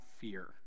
fear